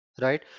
right